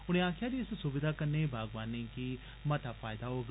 उनें आक्खेआ जे इस सुविधा कन्नै बागवानें गी मता फैयदा होग